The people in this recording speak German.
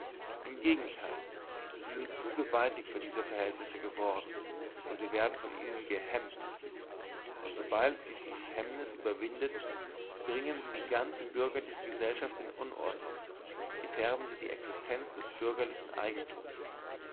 im gegenteil sie sind zu gewaltig für diese verhältnisse geworden sie werden von ihnen gehemmt und sobald sie dies hemmnis überwinden bringen sie die ganze bürgerliche gesellschaft in unordnung gefährden sie die existenz des bürgerlichen eigentums